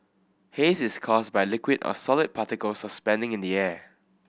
haze is caused by liquid or solid particles suspending in the air